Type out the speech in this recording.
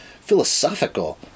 Philosophical